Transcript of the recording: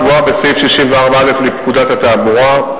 הקבועה בסעיף 64א לפקודת התעבורה.